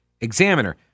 Examiner